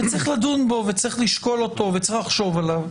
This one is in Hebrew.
כי צריך לדון בו וצריך לשקול אותו וצריך לחשוב עליו.